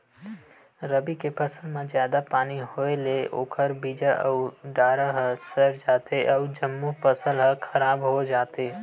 रबी के फसल म जादा पानी होए ले ओखर बीजा अउ डारा ह सर जाथे अउ जम्मो फसल ह खराब हो जाथे